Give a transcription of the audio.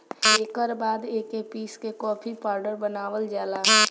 एकर बाद एके पीस के कॉफ़ी पाउडर बनावल जाला